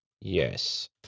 Yes